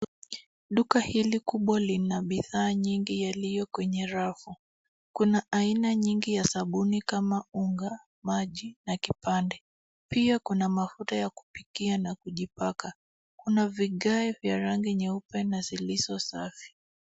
Duka hili kubwa lina bidhaa nyingi yaliyo kwenye rafu. Kuna aina nyingi ya sabuni kama unga, maji na kipande. Pia kuna mafuta ya kupikia na kujipaka. Kuna vigae vya rangi nyeupe na zilizo safi.